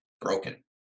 broken